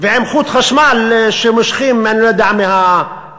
עם חוט חשמל שמושכים, אני לא יודע, מהיישוב.